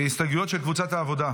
הסתייגויות של קבוצת העבודה?